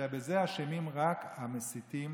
שבזה אשמים רק המסיתים